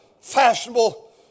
fashionable